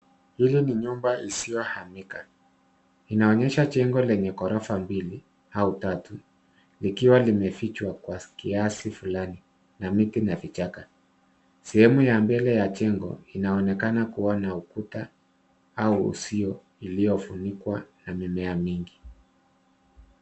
Hili ni nyumba isiyohamika. Inaonyesha jengo lenye ghorofa mbili au tatu, likiwa limefichwa kwa kiasi fulani na miti na vichaka. Sehemu ya mbele ya jengo inaonekana kuwa na ukuta au uzio iliyofunikwa na mimea mingi.